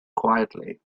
quietly